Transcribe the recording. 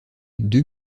deux